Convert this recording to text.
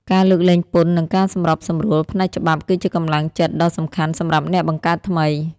ការលើកលែងពន្ធ និងការសម្របសម្រួលផ្នែកច្បាប់គឺជាកម្លាំងចិត្តដ៏សំខាន់សម្រាប់អ្នកបង្កើតថ្មី។